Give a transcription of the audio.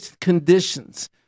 conditions